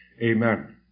Amen